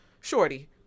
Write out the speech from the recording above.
Shorty